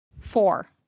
four